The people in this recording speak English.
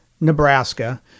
Nebraska –